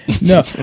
No